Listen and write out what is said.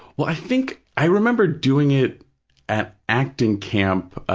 well, i think, i remember doing it at acting camp,